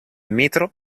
metro